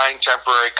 temporary